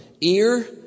ear